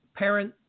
parent